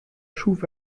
schuf